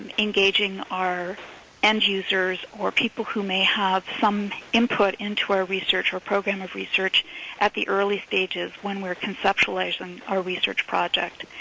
and engaging our end users or people who may have some input into our research or program of research at the early stages when we're conceptualizing our research project.